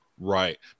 Right